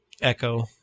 Echo